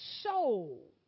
soul